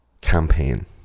campaign